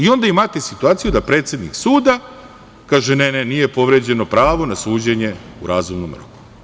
Onda imate situaciju da predsednik suda kaže – ne, ne nije povređeno prave na suđenje u razumnom roku.